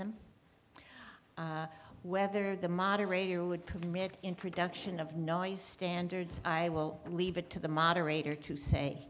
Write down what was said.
them whether the moderator would permit introduction of noise standards i will leave it to the moderator to say